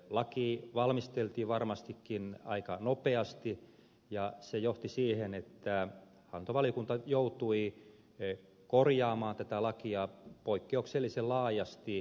laki valmisteltiin varmastikin aika nopeasti ja se johti siihen että hallintovaliokunta joutui korjaamaan tätä lakia poikkeuksellisen laajasti